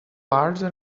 larger